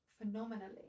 phenomenally